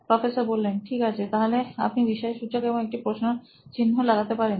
professor ঠিক আছে তাহলে আপনি বিস্ময় সূচক এবং একটি প্রশ্ন চিন্হ লাগাতে পারেন